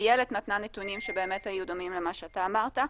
איילת נתנה נתונים שבאמת היו דומים למה שאתה אמרת.